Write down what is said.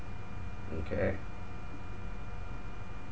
okay